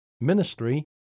ministry